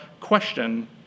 question